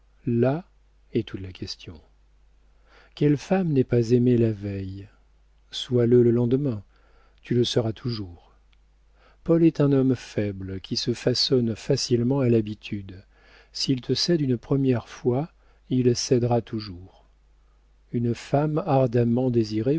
là est toute la question quelle femme n'est pas aimée la veille sois le le lendemain tu le seras toujours paul est un homme faible qui se façonne facilement à l'habitude s'il te cède une première fois il cédera toujours une femme ardemment désirée